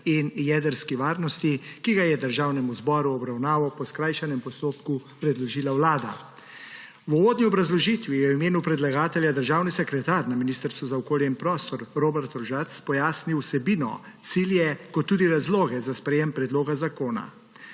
in jedrski varnosti, ki ga je Državnemu zboru v obravnavo po skrajšanem postopku predložila Vlada. V uvodni obrazložitvi je v imenu predlagatelja državni sekretar na Ministrstvu za okolje in prostor Robert Rožac pojasnil vsebino, cilje kot tudi razloge za sprejetje predloga zakona.